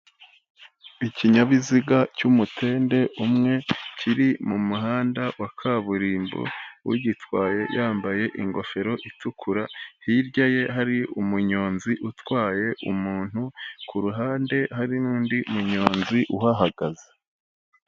Ikinyabiziga cy'umutende umwe kiri mu muhanda wa kaburimbo, ugitwaye yambaye ingofero itukura, hirya ye hari umunyonzi utwaye umuntu, kuruhande hari n'undi munyonzi uhahagaze.